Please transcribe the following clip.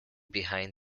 behind